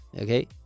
Okay